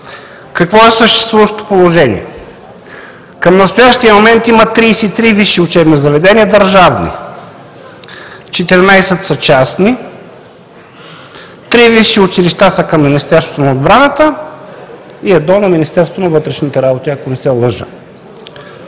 Какво е съществуващото положение? Към настоящия момент има 33 висши учебни заведения – държавни; 14 са частни; 3 висши училища са към Министерството на отбраната и едно – на Министерството на вътрешните работи, ако не се лъжа.